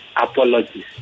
apologies